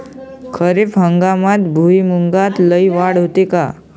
खरीप हंगामात भुईमूगात लई वाढ होते का?